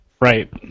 Right